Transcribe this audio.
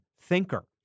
thinker